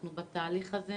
אנחנו בתהליך הזה,